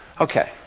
Okay